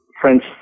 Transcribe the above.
French